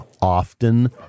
often